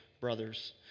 brothers